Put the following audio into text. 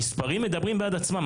מספרים מדברים בעד עצמם.